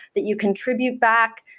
that you contribute back,